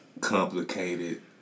complicated